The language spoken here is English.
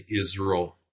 Israel